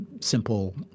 simple